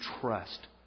trust